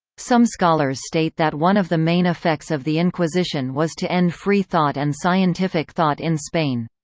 some scholars state that one of the main effects of the inquisition was to end free thought and scientific thought in spain.